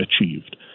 achieved